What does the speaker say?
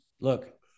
Look